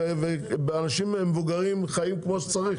ואנשים מבוגרים חיים כמו שצריך.